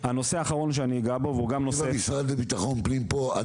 אם המשרד לביטחון פנים פה,